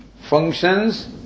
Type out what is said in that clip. functions